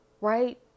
Right